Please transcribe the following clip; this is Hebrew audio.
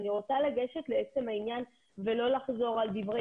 אני רוצה לגשת לעצם העניין ולא לחזור על דברי